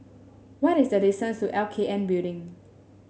what is the distance to L K N Building